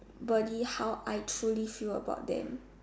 body how I truly feel about them